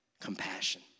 compassion